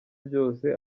byose